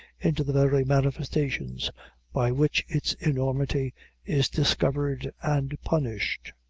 into the very manifestations by which its enormity is discovered and punished.